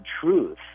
truth